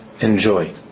enjoy